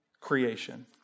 creation